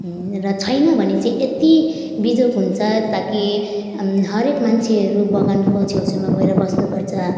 र छैन भने चाहिँ यति बिजोक हुन्छ ताकि हरेक मान्छेहरू बगानको छेउछाउमा गएर बस्नुपर्छ